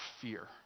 fear